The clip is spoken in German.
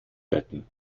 retten